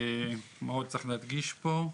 מה עוד צריך להדגיש פה?